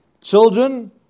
Children